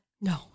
No